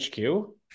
HQ